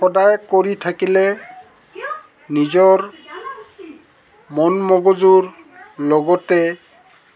সদায় কৰি থাকিলে নিজৰ মন মগজুৰ লগতে